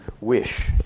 wish